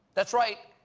that's right,